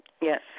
Yes